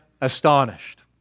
astonished